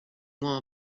moins